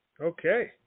Okay